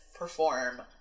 perform